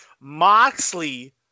Moxley